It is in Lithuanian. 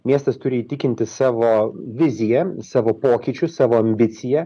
miestas turi įtikinti savo vizija savo pokyčiu savo ambicija